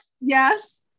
Yes